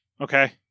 okay